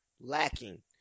lacking